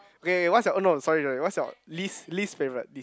okay K K what's your orh no sorry sorry what's your least least favourite least